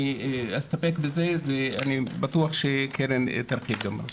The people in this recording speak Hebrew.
אני אסתפק בזה ואני בטוח שקרן תרחיב גם.